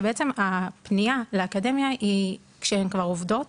והפנייה לאקדמיה היא כשהן כבר עובדות.